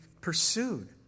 pursued